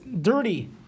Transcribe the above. dirty